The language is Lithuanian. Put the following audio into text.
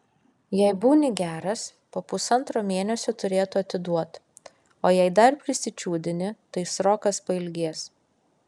jei būni geras po pusantro mėnesio turėtų atiduot o jei dar prisičiūdini tai srokas pailgės